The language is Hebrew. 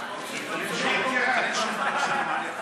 עיסאווי,